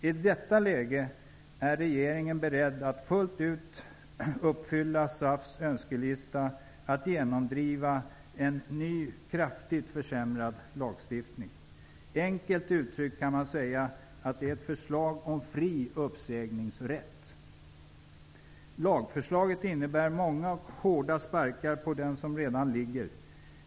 I detta läge är regeringen beredd att fullt ut uppfylla SAF:s önskelista, att genomdriva en ny, kraftigt försämrad lagstiftning. Enkelt uttryckt kan man säga att det är ett förslag om fri uppsägningsrätt. Lagförslaget innebär många och hårda sparkar på den som redan ligger.